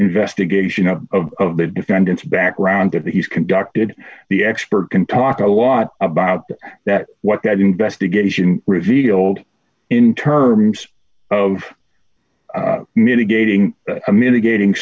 investigation of the defendant's background if he's conducted the expert can talk a lot about that what that investigation revealed in terms of mitigating mitigating